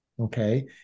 Okay